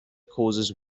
causes